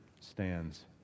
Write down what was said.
stands